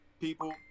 people